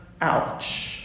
Ouch